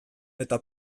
eta